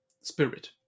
spirit